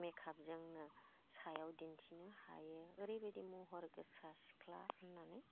मेकापजोंनो सायाव दिन्थिनो हायो ओरैबायदि महर गोसा सिख्ला होननानै